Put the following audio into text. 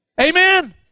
Amen